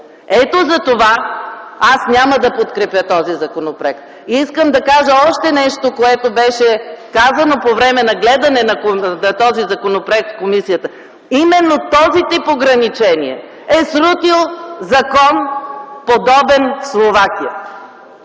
Ето затова аз няма да подкрепя този законопроект. Още нещо, което беше казано по време на обсъждането на този законопроект в комисията. Именно този тип ограничение е срутил подобен закон в Словакия!